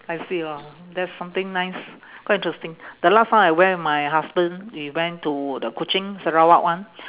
I see lor that's something nice quite interesting the last time I went with my husband we went to the kuching sarawak one